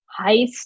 Heist